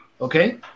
okay